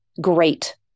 great